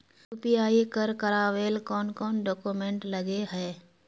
UPI कर करावेल कौन कौन डॉक्यूमेंट लगे है?